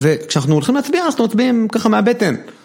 וכשאנחנו הולכים להצביע אנחנו מצביעים ככה מהבטן